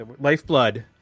Lifeblood